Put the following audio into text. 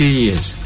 years